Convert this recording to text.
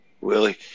Willie